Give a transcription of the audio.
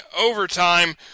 overtime